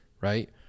right